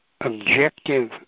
objective